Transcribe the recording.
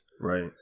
Right